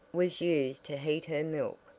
was used to heat her milk,